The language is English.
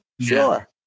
Sure